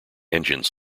engine